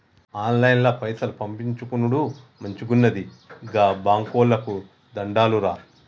ఆన్లైన్ల పైసలు పంపిచ్చుకునుడు మంచిగున్నది, గా బాంకోళ్లకు దండాలురా